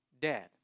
dead